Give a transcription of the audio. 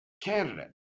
candidate